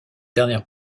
dernière